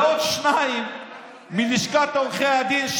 ועוד שניים מלשכת עורכי הדין,